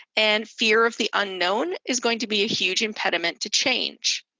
and fear of the unknown is going to be a huge impediment to change.